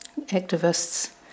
activists